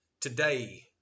Today